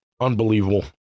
Unbelievable